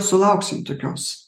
sulauksime tokios